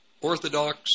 Orthodox